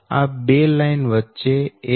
આ બે લાઈન વચ્ચે 1